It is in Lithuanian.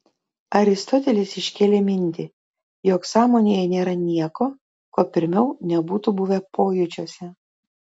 aristotelis iškėlė mintį jog sąmonėje nėra nieko ko pirmiau nebūtų buvę pojūčiuose